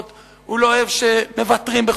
הציבור לא אוהב שמנגנים בתזמורת הזאת,